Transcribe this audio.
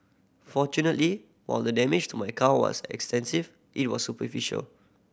fortunately while the damage to my car was extensive it was superficial